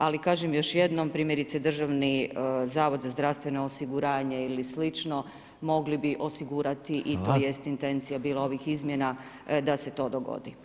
Ali kažem još jednom, primjerice Državni zavod za zdravstveno osiguranje ili slično, mogli bi osigurati i to jest intencija bila ovih izmjena da se to dogodi.